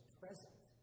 present